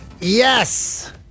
Yes